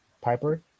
Piper